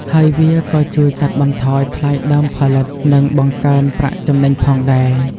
ហើយវាក៏ជួយកាត់បន្ថយថ្លៃដើមផលិត និងបង្កើនប្រាក់ចំណេញផងដែរ។